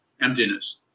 emptiness